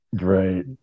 Right